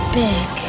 big